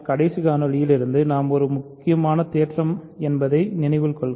கடைசி காணொளியில் இருந்து இது ஒரு முக்கியமான தேற்றம் என்பதை நினைவில் கொள்க